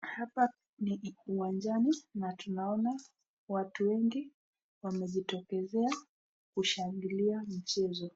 Hapa ni uwanjani na tunaona watu wengi wamejitokezea kushangilia mchezo,